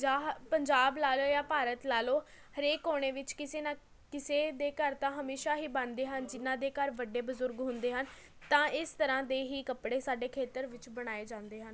ਜਾਂ ਹ ਪੰਜਾਬ ਲਾ ਲਓ ਜਾਂ ਭਾਰਤ ਲਾ ਲਓ ਹਰੇਕ ਕੋਨੇ ਵਿੱਚ ਕਿਸੇ ਨਾ ਕਿਸੇ ਦੇ ਘਰ ਤਾਂ ਹਮੇਸ਼ਾਂ ਹੀ ਬਣਦੇ ਹਨ ਜਿਨ੍ਹਾਂ ਦੇ ਘਰ ਵੱਡੇ ਬਜ਼ੁਰਗ ਹੁੰਦੇ ਹਨ ਤਾਂ ਇਸ ਤਰ੍ਹਾਂ ਦੇ ਹੀ ਕੱਪੜੇ ਸਾਡੇ ਖੇਤਰ ਵਿੱਚ ਬਣਾਏ ਜਾਂਦੇ ਹਨ